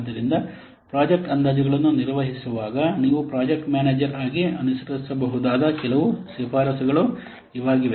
ಆದ್ದರಿಂದ ಪ್ರಾಜೆಕ್ಟ್ ಅಂದಾಜುಗಳನ್ನು ನಿರ್ವಹಿಸುವಾಗ ನೀವು ಪ್ರಾಜೆಕ್ಟ್ ಮ್ಯಾನೇಜರ್ ಆಗಿ ಅನುಸರಿಸಬಹುದಾದ ಕೆಲವು ಶಿಫಾರಸುಗಳು ಇವುಗಳಾಗಿವೆ